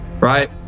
right